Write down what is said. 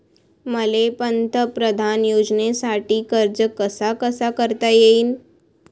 मले पंतप्रधान योजनेसाठी अर्ज कसा कसा करता येईन?